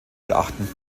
beachten